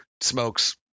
smokes